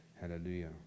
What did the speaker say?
Hallelujah